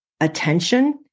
attention